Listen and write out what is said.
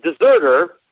deserter